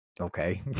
okay